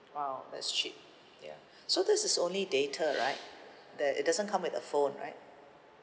!wow! that's cheap ya so this is only data right that it doesn't come with a phone right